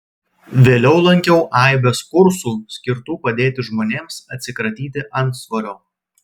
vėliau lankiau aibes kursų skirtų padėti žmonėms atsikratyti antsvorio